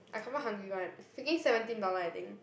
I confirm hungry [one] freaking seventeen dollar I think